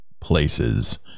places